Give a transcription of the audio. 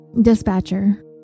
Dispatcher